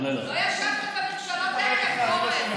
לא ישבתם בממשלות האלה, פורר?